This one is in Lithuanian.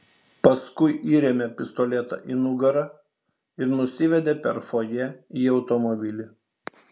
paskui įrėmė pistoletą į nugarą ir nusivedė per fojė į automobilį